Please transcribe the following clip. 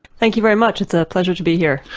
thank you very much, it's a pleasure to be here.